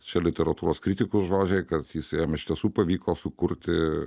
čia literatūros kritikų žodžiai kad jisai jam iš tiesų pavyko sukurti